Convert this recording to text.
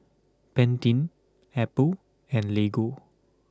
Pantene Apple and Lego